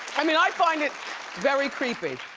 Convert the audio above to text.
i mean i find it very creepy.